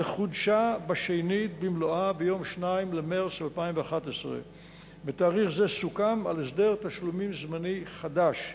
וחודשה בשנית במלואה ביום 2 במרס 2011. בתאריך זה סוכם על הסדר תשלומים זמני חדש.